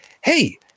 Hey